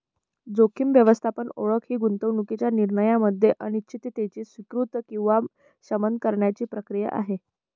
जोखीम व्यवस्थापन ओळख ही गुंतवणूकीच्या निर्णयामध्ये अनिश्चिततेची स्वीकृती किंवा शमन करण्याची प्रक्रिया आहे